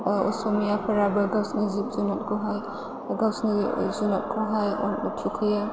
ओ असमियाफोराबो गावसोरनि जिब जुनारखौहाय गावसोरनि जुनादखौहाय थुखैयो